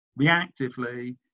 reactively